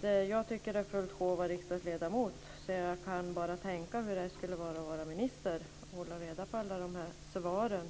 Jag har fullt sjå med att vara riksdagsledamot. Jag kan bara tänka mig hur det skulle vara att vara minister och hålla reda på alla de här svaren.